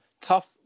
Tough